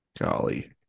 Golly